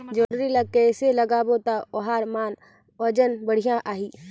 जोणी ला कइसे लगाबो ता ओहार मान वजन बेडिया आही?